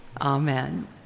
amen